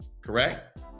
Correct